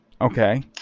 Okay